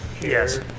yes